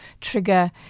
trigger